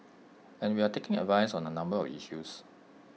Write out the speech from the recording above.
and we're taking advice on A number of issues